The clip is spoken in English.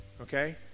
Okay